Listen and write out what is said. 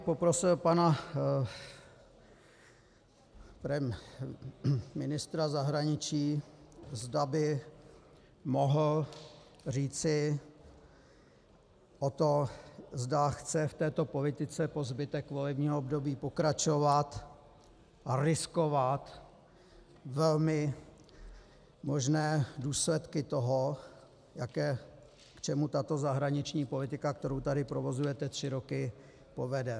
Poprosil bych pana ministra zahraničí, zda by mohl říci o tom, zda chce v této politice po zbytek volebního období pokračovat a riskovat velmi možné důsledky toho, k čemu tato zahraniční politika, kterou tady provozujete tři roky, povede.